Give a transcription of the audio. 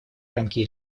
рамки